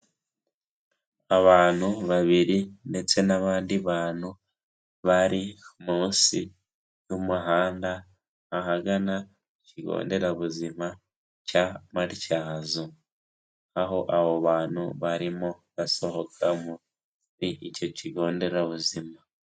Abantu babiri ndetse n'abandi bantu bari munsi y'umuhanda, ahagana ku kigo nderabuzima cya Matyazo, aho abo bantu barimo basohoka muri icyo kigo nderabuzima.